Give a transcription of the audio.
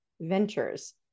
ventures